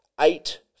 eight